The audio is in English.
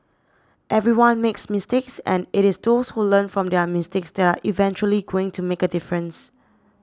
everyone makes mistakes and it is those who learn from their mistakes that are eventually going to make a difference